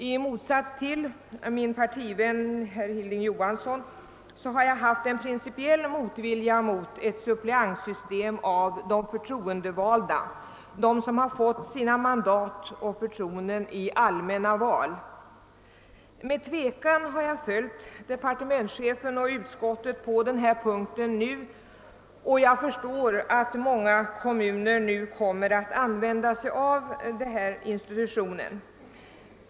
I motsats till min partivän herr Hilding Johansson har jag haft en principiell motvilja mot ett system med suppleanter för personer som fått mandat och förtroende i allmänna val. Med tvekan har jag följt departementschefen och utskottet på den här punkten nu. Jag förstår att många kommuner kommer att använda denna institution.